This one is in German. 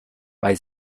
bei